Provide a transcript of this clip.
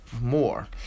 more